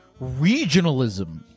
regionalism